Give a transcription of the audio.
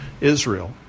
Israel